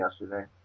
yesterday